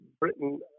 Britain